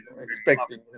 expecting